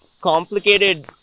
complicated